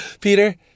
Peter